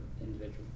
individual